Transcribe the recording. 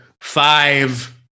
five